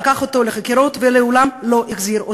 לקח אותו לחקירות ולעולם לא החזיר אותו.